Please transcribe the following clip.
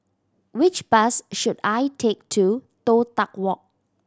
which bus should I take to Toh Tuck Walk